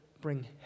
bring